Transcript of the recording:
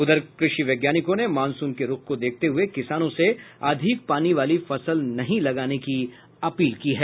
उधर कृषि वैज्ञानिकों ने मॉनसून के रूख को देखते हुये किसानों से अधिक पानी वाली फसल नहीं लगाने की अपील की है